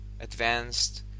advanced